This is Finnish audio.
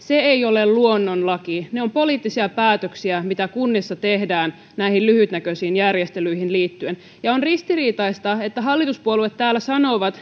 ei ole luonnonlaki ne ovat poliittisia päätöksiä joita kunnissa tehdään näihin lyhytnäköisiin järjestelyihin liittyen ja on ristiriitaista että hallituspuolueet täällä sanovat